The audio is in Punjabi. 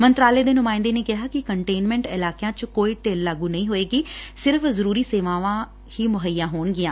ਮੰਤਰਾਲੇ ਦੇ ਨੁਮਾਇਂਦੇ ਨੇ ਕਿਹੈ ਕਿ ਕੰਟੇਨਮੈੱਟ ਇਲਾਕਿਆਂ ਚ ਕੋਈ ਢਿੱਲ ਲਾਗੁ ਨਹੀ ਹੋਏਗੀ ਸਿਰਫ ਜਰੂਰੀ ਸੇਵਾਵਾਂ ਹੀ ਮੁਹੱਈਆ ਹੋਣਗੀਆਂ